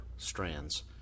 strands